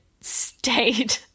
stayed